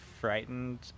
frightened